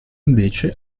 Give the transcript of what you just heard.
invece